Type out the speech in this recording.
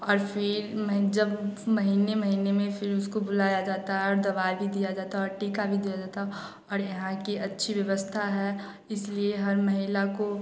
और फ़िर जब महीने महीने में फ़िर उसको बुलाया जाता है और दवाई भी दिया जाता है और टीका भी दिया जाता है और यहाँ की अच्छी व्यवस्था है इसलिए हर महिला को